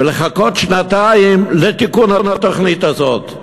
ולחכות שנתיים לתיקון התוכנית הזאת,